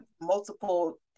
multiple